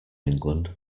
england